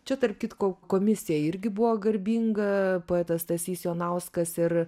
čia tarp kitko komisija irgi buvo garbinga poetas stasys jonauskas ir